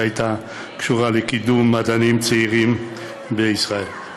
שהייתה קשורה לקידום מדענים צעירים בישראל.